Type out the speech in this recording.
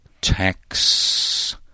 tax